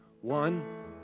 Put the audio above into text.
one